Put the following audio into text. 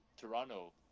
Toronto